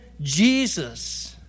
Jesus